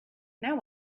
now